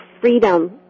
freedom